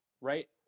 right